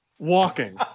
Walking